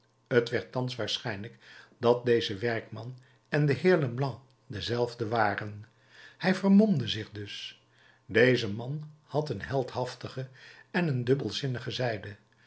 t werd thans waarschijnlijk dat deze werkman en de heer leblanc dezelfde waren hij vermomde zich dus deze man had een heldhaftige en een dubbelzinnige zijde